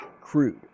crude